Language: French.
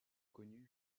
connu